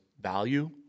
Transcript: value